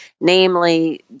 Namely